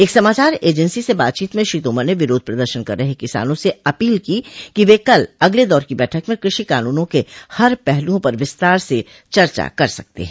एक समाचार एजेंसी से बातचीत में श्री तोमर ने विरोध प्रदर्शन कर रहे किसानों से अपील की कि वे कल अगले दौर की बैठक में कृषि कानूनों के हर पहलुओं पर विस्तार से चर्चा कर सकते हैं